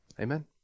amen